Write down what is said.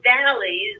valleys